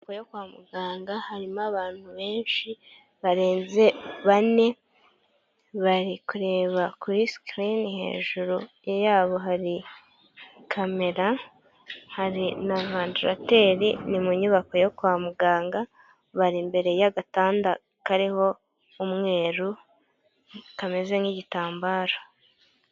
Mu nyubako yo kwa muganga harimo abantu benshi, barenze bane, bari kureba kuri sikirini, hejuru yabo hari kamera hari na vandarateri, ni mu nyubako yo kwa muganga, bari imbere y'agatanda kariho umweru kameze nk'igitambaro.